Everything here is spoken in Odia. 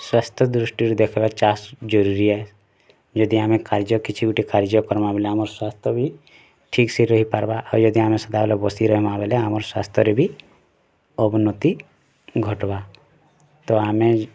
ସ୍ୱାସ୍ଥ୍ୟ ଦୃଷ୍ଟି ରୁ ଦେଖବାର୍ ଚାଷ୍ ଜରୁରୀ ଏ ଯଦି ଆମେ କାର୍ଯ୍ୟ କିଛି ଗୁଟେ କାର୍ଯ୍ୟ କରମା ବୋଲେ ଆମର୍ ସ୍ଵାସ୍ଥ ବି ଠିକ୍ ସେ ରହି ପାରମା ଆଉ ଯଦି ଆମେ ସଦାବେଲେ ବସି ରହେମା ବୋଲେ ଆମର୍ ସ୍ଵାସ୍ଥ ରେ ବି ଅବନତି ଘଟବା ତ ଆମେ